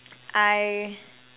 I